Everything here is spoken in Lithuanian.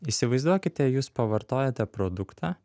įsivaizduokite jūs pavartojate produktą